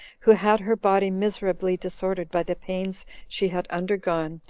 who had her body miserably disordered by the pains she had undergone,